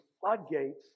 floodgates